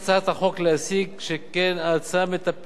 שכן ההצעה מטפלת רק בשלב המכירה,